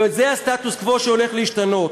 וזה הסטטוס-קוו שהולך להשתנות.